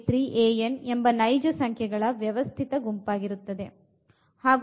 an ಎಂಬ ನೈಜ ಸಂಖ್ಯೆಗಳ ವ್ಯವಸ್ಥಿತ ಗುಂಪಾಗಿರುತ್ತದೆ